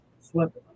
swept